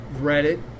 Reddit